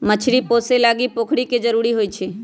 मछरी पोशे लागी पोखरि के जरूरी होइ छै